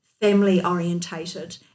family-orientated